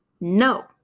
No